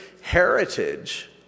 heritage